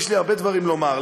יש לי הרבה דברים לומר.